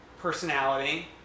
personality